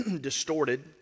distorted